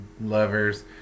lovers